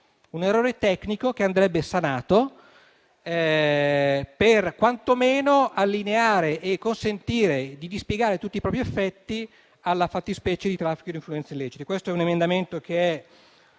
un errore tecnico che andrebbe sanato, quantomeno per allineare le norme e consentire di dispiegare tutti i propri effetti alla fattispecie di traffico di influenze illecite. Questo emendamento è